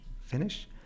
finish